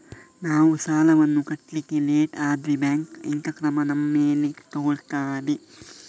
ನಾವು ಸಾಲ ವನ್ನು ಕಟ್ಲಿಕ್ಕೆ ಲೇಟ್ ಆದ್ರೆ ಬ್ಯಾಂಕ್ ಎಂತ ಕ್ರಮ ನಮ್ಮ ಮೇಲೆ ತೆಗೊಳ್ತಾದೆ?